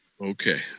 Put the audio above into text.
Okay